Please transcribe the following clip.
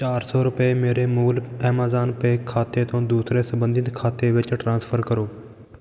ਚਾਰ ਰੁਪਏ ਮੇਰੇ ਮੂਲ ਐਮਾਜ਼ਾਨ ਪੇ ਖਾਤੇ ਤੋਂ ਦੂਸਰੇ ਸੰਬੰਧਿਤ ਖਾਤੇ ਵਿੱਚ ਟ੍ਰਾਂਸਫਰ ਕਰੋ